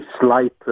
slight